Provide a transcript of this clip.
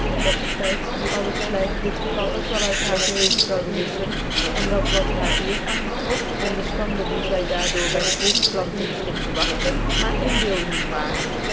dat de tyt die alles flijt dit geval ook wel uit haar gehcugenis zoude wiflehen en dat wat haar eer aanbetrof en de fchandc die zy daar door by de volkplanting ftond te vvagtcn maar inbeeldingen waaren